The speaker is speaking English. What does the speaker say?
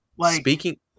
Speaking